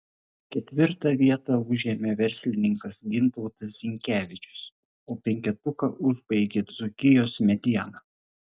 ketvirtą vietą užėmė verslininkas gintautas zinkevičius o penketuką užbaigė dzūkijos mediena